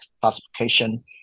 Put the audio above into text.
classification